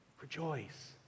rejoice